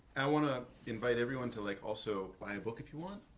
i want to invite everyone to like also buy a book if you want